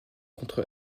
contre